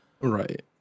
right